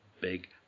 big